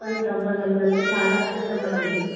అంత అవ్వదు అండి అంత చాలా కష్టం అండి